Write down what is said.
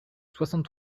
soixante